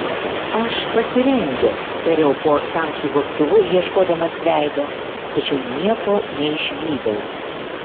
aš pasirengęs tariau po tamsiu gobtuvu ieškodamas veido tačiau nieko neišvydau